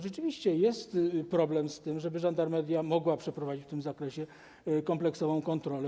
Rzeczywiście jest problem z tym, żeby żandarmeria mogła przeprowadzić w tym zakresie kompleksową kontrolę.